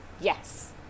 Yes